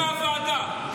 רגיל מהוועדה,